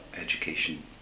education